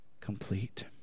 complete